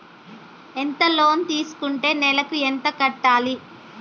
ఎంత లోన్ తీసుకుంటే నెలకు ఎంత కట్టాలి?